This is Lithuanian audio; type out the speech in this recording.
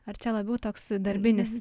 ar čia labiau toks darbinis